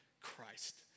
Christ